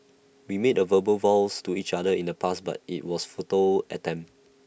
we made A verbal vows to each other in the past but IT was futile attempt